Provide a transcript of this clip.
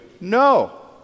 No